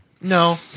No